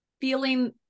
feeling